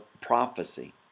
prophecy